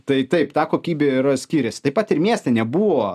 tai taip ta kokybė yra skyrės taip pat ir mieste nebuvo